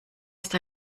ist